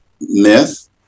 myth